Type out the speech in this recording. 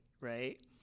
right